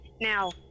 Now